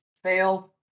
Fail